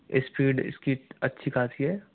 speed इस की अच्छी खासी है